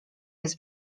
bez